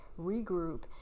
regroup